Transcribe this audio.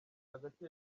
hagati